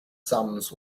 sums